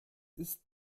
ist